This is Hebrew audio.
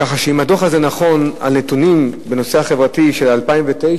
ככה שאם הדוח הזה נכון על נתונים בנושא החברתי של 2009,